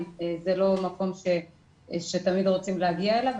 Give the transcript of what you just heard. זה לא מקום שתמיד רוצים להגיע אליו.